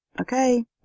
Okay